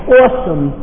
awesome